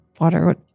water